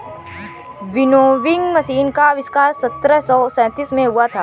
winnowing machine का आविष्कार सत्रह सौ सैंतीस में हुआ था